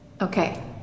Okay